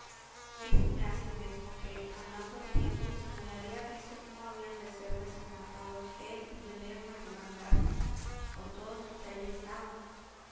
sima díjome asimesmo que andando el tiempo se me daría aviso cómo habían de ser desencantados él y belerma y durandarte con todos los que allí estaban